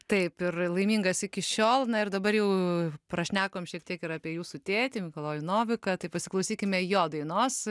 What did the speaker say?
taip ir laimingas iki šiol na ir dabar jau prašnekom šiek tiek ir apie jūsų tėtį mikalojų noviką tai pasiklausykime jo dainos